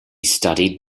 studied